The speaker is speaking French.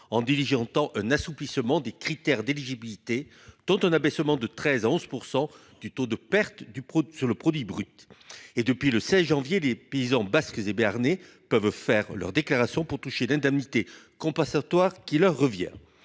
en division entend un assouplissement des critères d'éligibilité dont un abaissement de 13 11 % du taux de perte du produit sur le produit brut et depuis le 16 janvier, les paysans basque et béarnais peuvent faire leur déclaration pour toucher l'indemnité compensatoire qui leur revient